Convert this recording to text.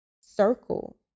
circle